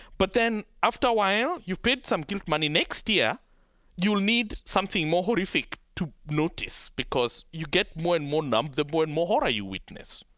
but then after a while, you've paid some guilt money, and next year you'll need something more horrific to notice, because you get more and more numb the more and more horror you witness.